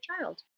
child